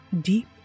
deep